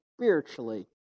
spiritually